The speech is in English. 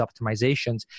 optimizations